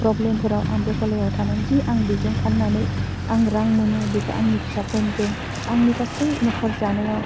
प्रब्लेमफोराव आं बे गलायाव थानायानोसै आं बिजों फाननानै आं रां मोनो बेखौ आंनि फिसाफोरदों आंनि गासै नखर जानायाव